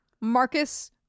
marcus